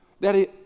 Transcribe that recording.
Daddy